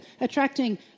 attracting